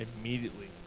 immediately